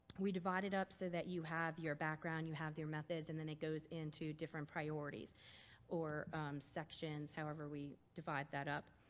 we divided up so that you have your background. you have your methods and then it goes into different priorities or sections, however we divide that up.